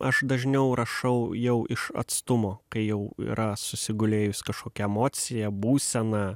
aš dažniau rašau jau iš atstumo kai jau yra susigulėjus kažkokia emocija būsena